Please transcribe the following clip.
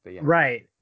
Right